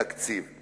תקציב.